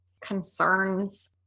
concerns